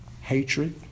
hatred